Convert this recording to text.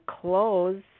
clothes